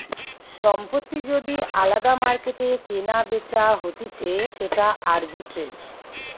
সম্পত্তি যদি আলদা মার্কেটে কেনাবেচা হতিছে সেটা আরবিট্রেজ